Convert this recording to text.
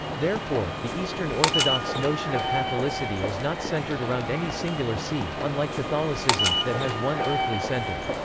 therefore, the eastern orthodox notion of catholicity is not centered around any singular see, unlike catholicism, that has one earthly center.